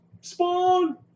Spawn